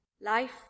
Life